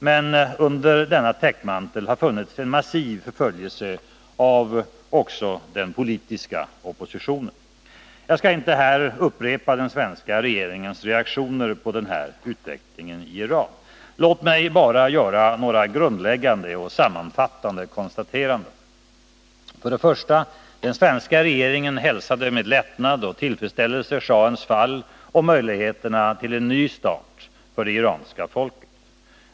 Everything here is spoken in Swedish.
Men under denna täckmantel har det också skett en massiv förföljelse av den politiska oppositionen. Jag skall inte här upprepa den svenska regeringens reaktioner på utvecklingen i Iran. Låt mig bara göra några grundläggande och sammanfattande konstateranden. För det första: Den svenska regeringen hälsade med lättnad och tillfredsställelse schahens fall och möjligheterna till en ny start för det iranska folket.